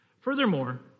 Furthermore